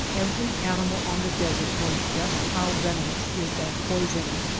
every animal on the desert knows just how venomous is that poison.